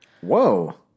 Whoa